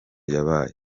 yabaye